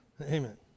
Amen